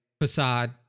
facade